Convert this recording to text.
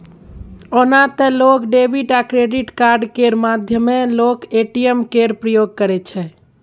ओना तए लोक डेबिट आ क्रेडिट कार्ड केर माध्यमे लोक ए.टी.एम केर प्रयोग करै छै